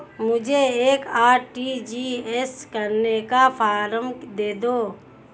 मुझे एक आर.टी.जी.एस करने का फारम दे दो?